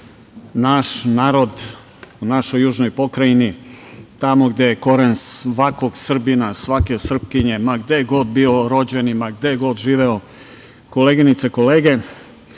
naš narod u našoj južnoj pokrajini, tamo gde je koren svakog Srbina, svake Srpkinje, ma gde god bio rođen, ma gde god živeo, koleginice i kolege,